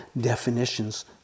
definitions